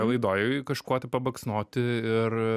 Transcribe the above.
laidoj kažkuo tai pabaksnoti ir